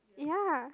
ya